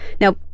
Now